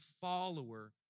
follower